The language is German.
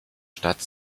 stadt